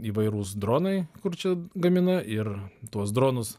įvairūs dronai kur čia gamina ir tuos dronus